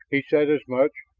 he said as much,